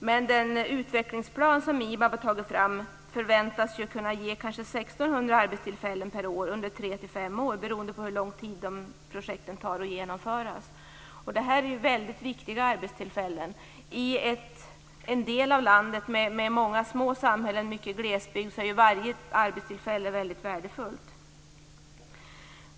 Men den utvecklingsplan som IBAB har tagit fram förväntas kunna ge kanske 1 600 arbetstillfällen per år under 3 5 år, beroende på hur lång tid projekten tar att genomföra. Det här är ju väldigt viktiga arbetstillfällen. I en del av landet med många små samhällen och mycket glesbygd är varje arbetstillfälle värdefullt.